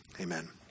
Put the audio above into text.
amen